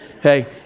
Hey